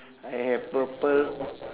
I have purple